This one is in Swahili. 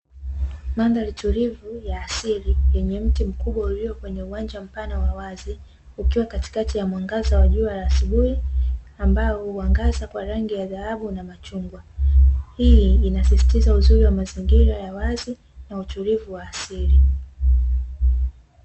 Mandhari tulivu ya asili yenye mti mkubwa ulio kwenye uwanja mpana wa wazi, ukiwa katikati ya mwangaza wa jua la asubuhi, ambao huangaza kwa rangi ya dhahabu na machungwa. Hii inasisitiza uzuri wa mazingira ya wazi na utulivu wa asili.